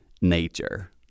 nature